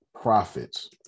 profits